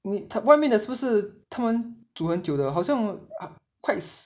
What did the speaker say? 他外面的是不是他们煮很久的好像 quite